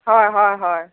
হয় হয় হয়